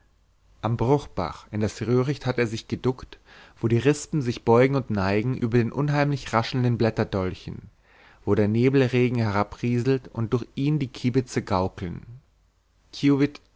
am bruchbach in das röhricht hatte er sich geduckt wo die rispen sich beugen und neigen über den unheimlich raschelnden blätterdolchen wo der nebelregen herabrieselt und durch ihn die kiebitze gaukeln